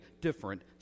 different